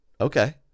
Okay